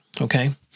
okay